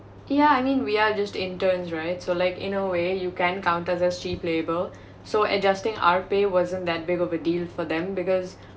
yeah I mean we just interns right so like in a way you can't counters these cheap labor so adjusting our pay wasn't that big of a deal for them because